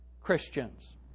Christians